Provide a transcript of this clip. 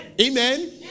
Amen